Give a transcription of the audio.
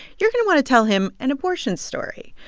you're going to want to tell him an abortion story.